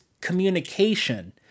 communication